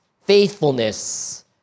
faithfulness